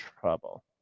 trouble